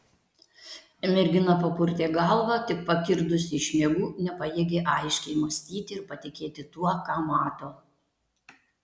mergina papurtė galvą tik pakirdusi iš miegų nepajėgė aiškiai mąstyti ir patikėti tuo ką mato